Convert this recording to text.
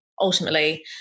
ultimately